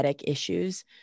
issues